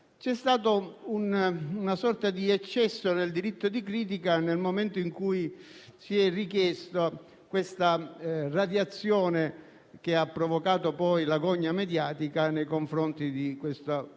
sia stata una sorta di eccesso nel diritto di critica, nel momento in cui si è richiesta questa radiazione, che ha provocato poi la gogna mediatica nei confronti del magistrato.